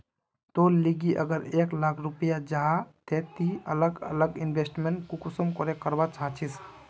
तोर लिकी अगर एक लाख रुपया जाहा ते ती अलग अलग इन्वेस्टमेंट कुंसम करे करवा चाहचिस?